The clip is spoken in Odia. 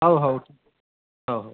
ହଉ ହଉ ହଉ ହଉ